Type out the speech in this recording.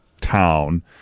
town